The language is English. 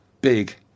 big